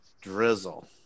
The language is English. drizzle